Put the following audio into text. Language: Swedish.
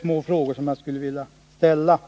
små frågor, som jag skulle vilja ställa.